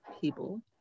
people